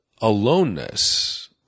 aloneness